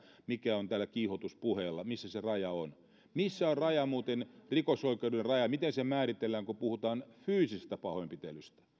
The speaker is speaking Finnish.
mikä on tällä kiihotuspuheella missä se raja on missä on muuten rikosoikeudellinen raja miten se määritellään kun puhutaan fyysisestä pahoinpitelystä